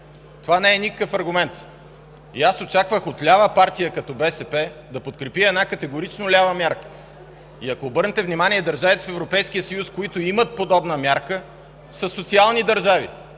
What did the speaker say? Това не е никакъв аргумент. Очаквах от лява партия като БСП да подкрепи една категорично лява мярка. Ако обърнете внимание, държавите в Европейския съюз, които имат подобна мярка, са социални държави.